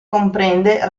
comprende